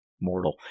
mortal